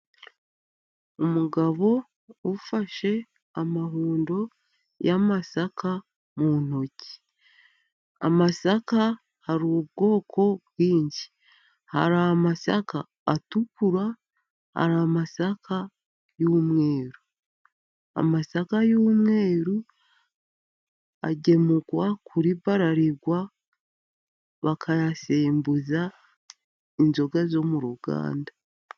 Umugabo ufashe amahundo y'amasaka mu ntoki ,amasaka hari ubwoko bwinshi, hari amasaka atukura ,hari amasaka y'umweru ,amasaka y'umweru agemurwa kuri burarirwa bakayasimbuza inzoga zo mu ruganda.